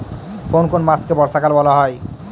কোন কোন মাসকে বর্ষাকাল বলা হয়?